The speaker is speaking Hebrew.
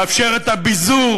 לאפשר את הביזור